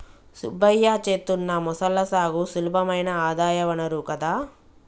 సుబ్బయ్య చేత్తున్న మొసళ్ల సాగు సులభమైన ఆదాయ వనరు కదా